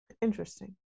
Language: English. Interesting